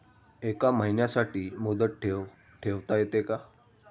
एका महिन्यासाठी मुदत ठेव ठेवता येते का?